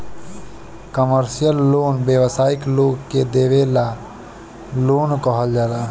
commercial loan व्यावसायिक लोग के देवे वाला लोन के कहल जाला